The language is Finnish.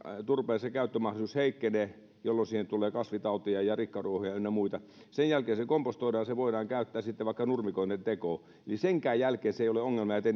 turpeen käyttömahdollisuus heikkenee jolloin siihen tulee kasvitauteja ja rikkaruohoja ynnä muita niin sen jälkeen se kompostoidaan se voidaan käyttää sitten vaikka nurmikoiden tekoon eli senkään jälkeen se ei ole ongelmajäte